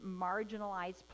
marginalized